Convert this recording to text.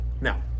Now